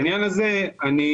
האם